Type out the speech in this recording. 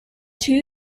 two